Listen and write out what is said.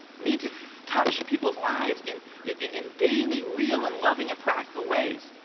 need to touch people's lives in in daily, real and loving and practical ways.